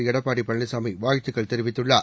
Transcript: எடப்பாடி பழனிசாமி வாழ்த்துக்கள் தெரிவித்துள்ளார்